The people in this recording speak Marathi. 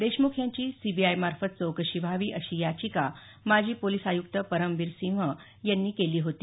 देशमुख यांची सीबीआय मार्फत चौकशी व्हावी अशी याचिका माजी पोलीस आयुक्त परमबीर सिंह यांनी केली होती